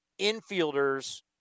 infielders